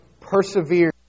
persevere